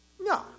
No